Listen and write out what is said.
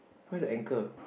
where's the anchor